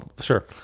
Sure